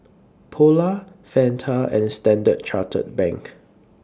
Polar Fanta and Standard Chartered Bank